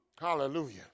Hallelujah